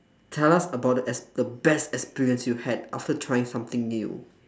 tell us about the ex~ the best experience you've had after trying something new